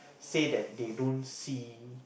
say that they don't see